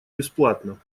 бесплатно